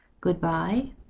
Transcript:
Goodbye